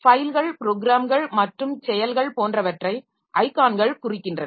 ஃபைல்கள் ப்ரோக்ராம்கள் மற்றும் செயல்கள் போன்றவற்றை ஐகான்கள் குறிக்கின்றன